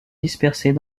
dispersées